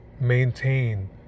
maintain